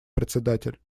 председатель